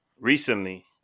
recently